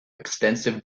extensive